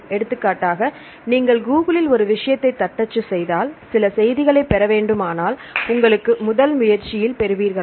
எடுத்துக்காட்டாக நீங்கள் கூகுளில் ஒரு விஷயத்தை தட்டச்சு செய்தால் சில செய்திகளை பெறவேண்டுமானால் உங்களுக்கு முதல் முயற்சியில் பெறுவீர்களா